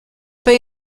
para